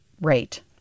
rate